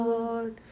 Lord